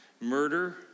Murder